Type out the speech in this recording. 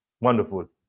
Wonderful